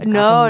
no